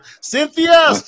Cynthia